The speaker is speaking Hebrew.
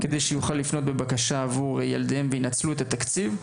כדי שיוכלו לפנות בבקשה עבור ילדיהם וינצלו את התקציב.